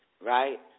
right